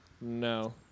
No